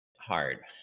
hard